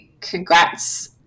congrats